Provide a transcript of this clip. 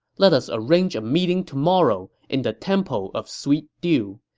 let us arrange a meeting tomorrow in the temple of sweet dew.